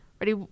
Ready